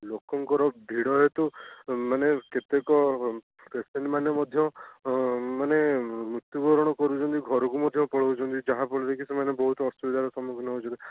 ଲୋକଙ୍କର ଭିଡ଼ ହେତୁ ମାନେ କେତେ କ'ଣ ପେସେଣ୍ଟ୍ ମାନେ ମଧ୍ୟ ମାନେ ମୃତ୍ୟବରଣ କରୁଛନ୍ତି ଘରକୁ ମଧ୍ୟ ପଳାଉଛନ୍ତି ଯାହା ଫଳରେ କି ସେମାନେ ବହୁତ ଅସୁବିଧାର ସମ୍ମୁଖୀନ ହେଉଛନ୍ତି